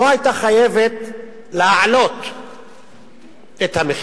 היא לא היתה חייבת להעלות את המחיר.